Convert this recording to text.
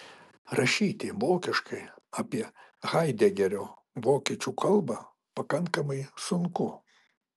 rašyti vokiškai apie haidegerio vokiečių kalbą pakankamai sunku